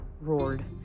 roared